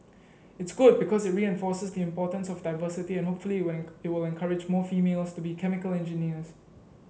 it's good because it reinforces the importance of diversity and hopefully it when it will encourage more females to be chemical engineers